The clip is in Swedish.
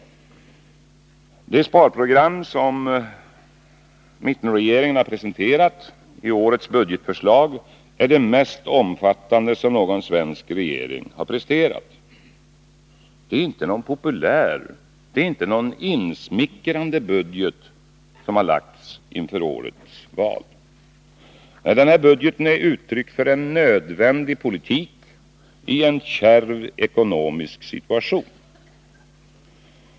Det sparprogram som mittenregeringen presenterat i årets budgetförslag är det mest omfattande som någon svensk regering presterat. Det är inte någon populär och insmickrande budget som lagts fram inför valet. Budgeten är uttryck för en nödvändig politik i en kärv ekonomisk situation.